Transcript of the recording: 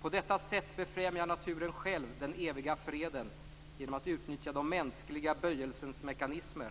- På detta sätt befrämjar naturen själv den eviga freden genom att utnyttja de mänskliga böjelsernas mekanismer;